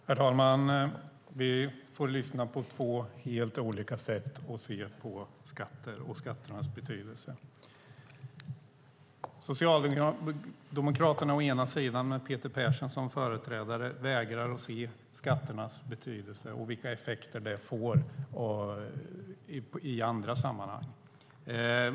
Herr talman! Vi får lyssna på två helt olika sätt att se på skatter och skatternas betydelse. Socialdemokraterna, med Peter Persson som företrädare, vägrar att se skatternas betydelse och vilka effekter de får i andra sammanhang.